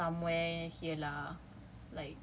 it will just be somewhere here lah